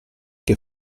che